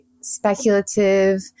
speculative